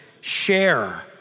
share